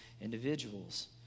individuals